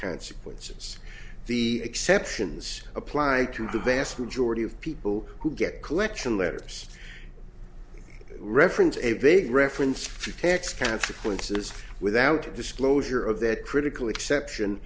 consequences the exceptions apply to the vast majority of people who get collection letters reference a vague reference to tax consequences without disclosure of that critical exception